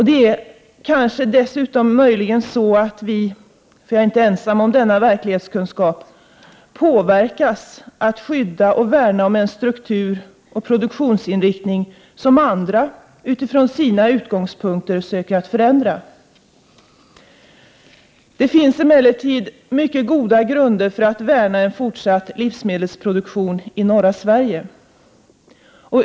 Det är kanske också så att vi — jag är inte ensam om denna verklighetskunskap — påverkas till att skydda och värna om en struktur och produktionsinriktning som andra, utifrån sina utgångspunkter, söker förändra. Det finns emellertid mycket goda grunder för att värna en fortsatt livsmedelsproduktion i norra Sverige.